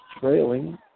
trailing